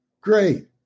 Great